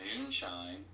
moonshine